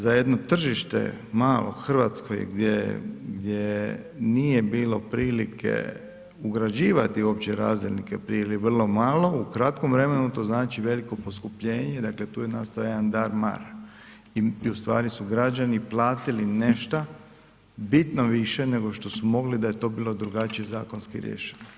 Za jedno tržište malo Hrvatske gdje nije bilo prilike ugrađivati uopće razdjelnike prije ili vrlo malo, u kratkom vremenu to znači veliko poskupljenje, dakle tu je nastao jedan dar-mar i ustvari su građani platili nešto bitno više nego što su mogli da je to bilo drugačije zakonski riješeno.